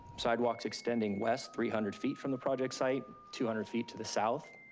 sidewalks extending west three hundred feet from the project site, two hundred feet to the south.